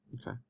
Okay